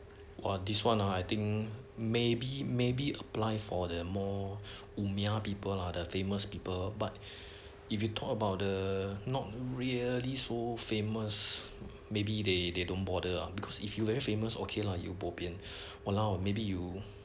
!wah! this one ah I think maybe maybe apply for the more people lah the famous people but if you talk about the not really so famous maybe they they don't bother uh because if you very famous okay lah you bo pian !walao! maybe you